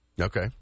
Okay